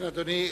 אדוני,